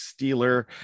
Steeler